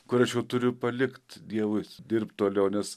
kur aš jau turiu palikt dievui dirbt toliau nes